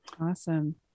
Awesome